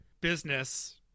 business